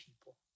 people